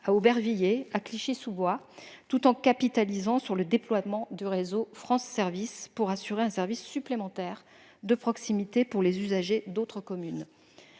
à Aubervilliers et Clichy-Sous-Bois, tout en capitalisant sur le déploiement du réseau France Services pour assurer un service supplémentaire de proximité pour les usagers d'autres communes.